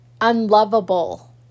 unlovable